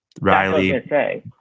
Riley